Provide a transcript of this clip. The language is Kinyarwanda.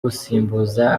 gusimbuza